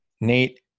Nate